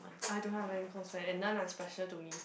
I don't have any close friend and none are special to me